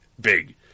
Big